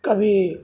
کبھی